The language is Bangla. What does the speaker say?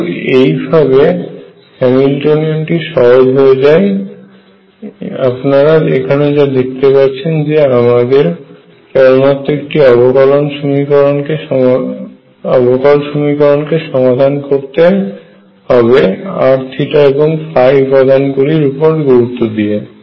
কিন্তু এই ভাবে হ্যামিল্টনীয়ানটি সহজ হয়ে যায় আপনারা এখানে যা দেখতে পাচ্ছেন যে আমাদের কেবলমাত্র একটি অবকল সমীকরণ কে সমাধান করতে হবে r θ এবং উপাদান গুলির উপর গুরুত্ব দিয়ে